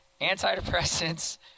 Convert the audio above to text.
antidepressants